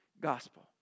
gospel